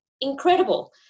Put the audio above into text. incredible